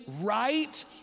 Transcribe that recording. right